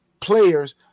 players